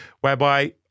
whereby